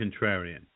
contrarian